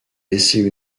laissé